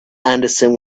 henderson